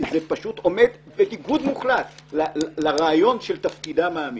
כי זה עומד בניגוד מוחלט לרעיון של תפקידם האמיתי.